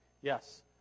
Yes